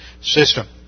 system